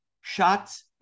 shots